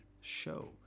show